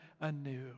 anew